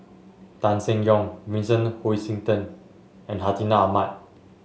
Tan Seng Yong Vincent Hoisington and Hartinah Ahmad